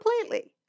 completely